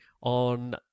on